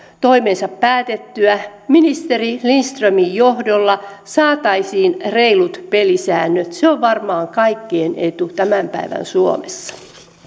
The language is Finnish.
toimensa päätettyä että ministeri lindströmin johdolla saataisiin reilut pelisäännöt se on varmaan kaikkien etu tämän päivän suomessa